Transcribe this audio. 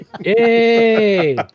Yay